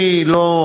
אני לא,